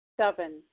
Seven